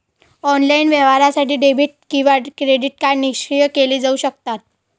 online व्यवहारासाठी debit किंवा credit card निष्क्रिय केले जाऊ शकतात